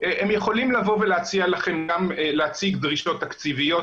הם יכולים לבוא ולהציג דרישות תקציביות,